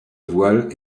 voile